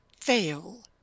fail